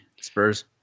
Spurs